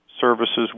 services